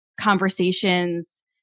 conversations